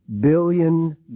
billion